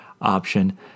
option